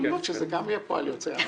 יכול להיות שזה גם יהיה פועל יוצא.